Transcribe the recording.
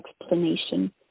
explanation